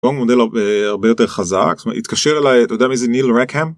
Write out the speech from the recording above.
המודל הרבה יותר חזק התקשר אליי אתה יודע מי זה ניל רקהאם?